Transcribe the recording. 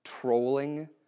trolling